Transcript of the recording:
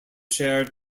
shared